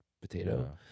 potato